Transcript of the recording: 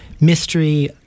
mystery